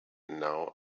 now